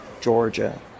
Georgia